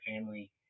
family